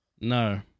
No